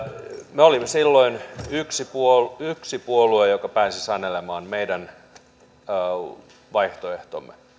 me olimme silloin yksi puolue yksi puolue joka pääsi sanelemaan meidän vaihtoehtomme